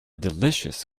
delicious